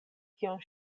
kion